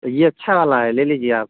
ये अच्छा वाला है ले लीजिए आप